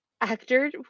actor